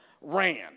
ran